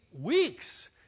weeks